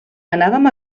anàvem